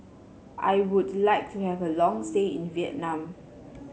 I would like to have a long stay in Vietnam